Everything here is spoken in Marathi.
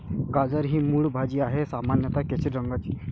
गाजर ही मूळ भाजी आहे, सामान्यत केशरी रंगाची